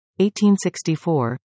1864